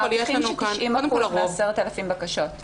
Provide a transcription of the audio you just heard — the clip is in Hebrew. מעריכים ש-90% מ-10,000 בקשות.